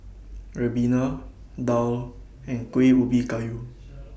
Ribena Daal and Kuih Ubi Kayu